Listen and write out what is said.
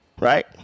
Right